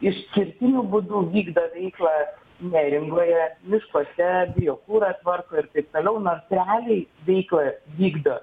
išskirtiniu būdu vykdo veiklą neringoje miškuose biokurą tvarko ir taip toliau nors realiai veiklą vykdo